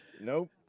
Nope